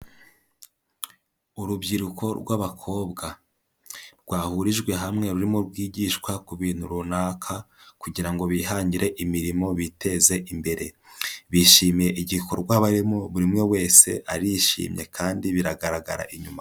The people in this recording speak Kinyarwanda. Urubyiruko rw'abakobwa rwahurijwe hamwe rurimo rwigishwa ku bintu runaka kugira ngo bihangire imirimo biteze imbere. Bishimiye igikorwa barimo, buri umwe wese arishimye kandi biragaragara inyuma.